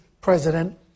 president